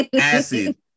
Acid